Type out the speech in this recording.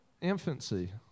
infancy